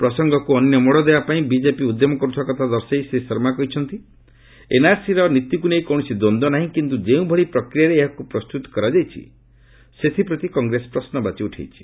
ପ୍ରସଙ୍ଗକୁ ଅନ୍ୟ ମୋଡ଼ ଦେବା ପାଇଁ ବିଜେପି ଉଦ୍ୟମ କରୁଥିବା କଥା ଦର୍ଶାଇ ଶ୍ରୀ ଶର୍ମା କହିଛନ୍ତି ଏନ୍ଆର୍ସି ର ନୀତିକୁ ନେଇ କୌଣସି ଦ୍ୱନ୍ଦ୍ୱ ନାହିଁ କିନ୍ତୁ ଯେଉଁଭଳି ପ୍ରକ୍ରିୟାରେ ଏହାକୁ ପ୍ରସ୍ତୁତ କରାଯାଇଛି ସେଥିପ୍ରତି କଂଗ୍ରେସ ପ୍ରଶ୍ୱବାଚୀ ଉଠାଇଛି